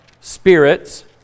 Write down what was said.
spirits